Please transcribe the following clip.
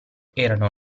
erano